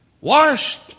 washed